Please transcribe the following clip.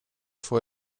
fue